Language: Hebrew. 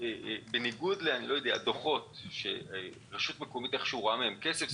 בניגוד לדוחות שרשות מקומית איכשהו רואה מהם כסף,